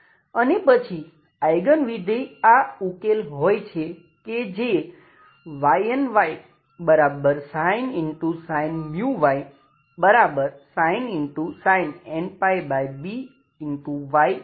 અને પછી આઈગન વિધેય આ ઉકેલ હોય છે કે જે Ynysin μy sin nπby છે